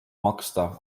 maksta